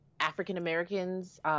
African-Americans